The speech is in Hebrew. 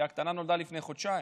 כי הקטנה נולדה לפני חודשיים,